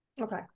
Okay